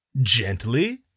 gently